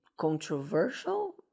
controversial